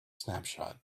snapshot